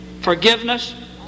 forgiveness